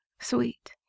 sweet